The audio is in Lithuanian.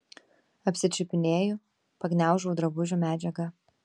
apsičiupinėju pagniaužau drabužių medžiagą